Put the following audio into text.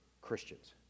Christians